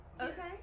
okay